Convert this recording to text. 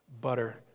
butter